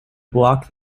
block